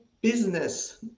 business